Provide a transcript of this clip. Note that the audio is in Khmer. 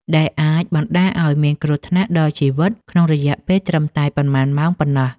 ដែលអាចបណ្តាលឱ្យមានគ្រោះថ្នាក់ដល់ជីវិតក្នុងរយៈពេលត្រឹមតែប៉ុន្មានម៉ោងប៉ុណ្ណោះ។